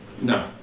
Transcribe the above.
No